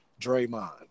Draymond